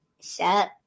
Shut